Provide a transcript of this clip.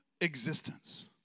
existence